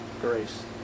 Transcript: grace